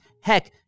Heck